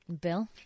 Bill